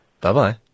Bye-bye